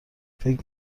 فکر